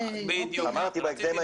אמרתי בהקדם האפשרי.